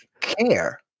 care